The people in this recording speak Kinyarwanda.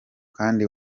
kandi